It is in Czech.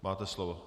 Máte slovo.